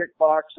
kickboxing